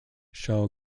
shell